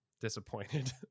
disappointed